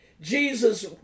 Jesus